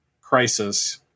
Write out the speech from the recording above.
crisis